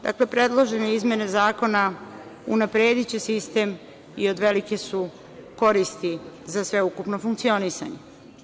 Dakle, predložene izmene zakona unaprediće sistem i od velike su koristi za sveukupno funkcionisanje.